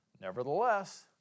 Nevertheless